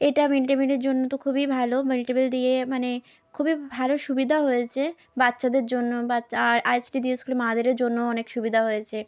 এটা mid day মিলের জন্য তো খুবই ভালো মিড ডে মিল দিয়ে মানে খুবই ভালো সুবিধা হয়েছে বাচ্চাদের জন্য বাচ্চা আরসিডি স্কুলের মায়েদের জন্য অনেক সুবিধা হয়েছে